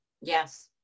yes